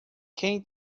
quem